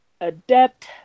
adept